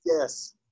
Yes